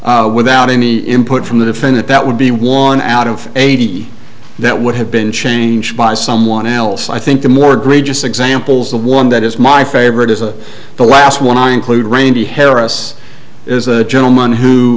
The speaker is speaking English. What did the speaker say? it without any input from the defendant that would be one out of eighty that would have been changed by someone else i think the more gray just examples the one that is my favorite is the last one i include randy harris is a gentleman who